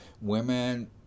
Women